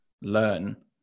learn